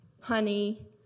honey